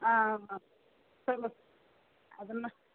ಹಾಂ ಸರಿ ಮತ್ತು ಅದನ್ನ